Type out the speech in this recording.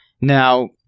Now